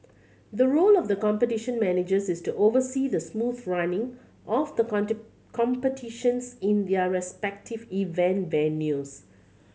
the role of the Competition Managers is to oversee the smooth running of the competitions in their respective event venues